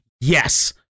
yes